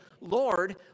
Lord